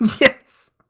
yes